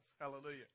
Hallelujah